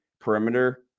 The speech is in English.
perimeter